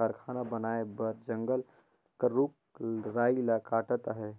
कारखाना बनाए बर जंगल कर रूख राई ल काटत अहे